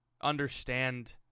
understand